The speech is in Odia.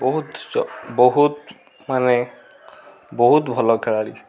ବହୁତ ବହୁତ ମାନେ ବହୁତ ଭଲ ଖେଳାଳି